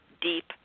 deep